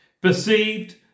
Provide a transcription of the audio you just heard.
perceived